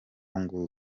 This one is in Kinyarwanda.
ngo